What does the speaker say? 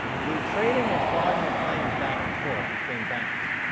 the trading of fraudulent claims back and forth between banks,